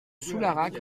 soularac